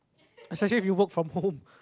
especially if you work from home